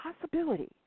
possibility